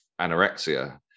anorexia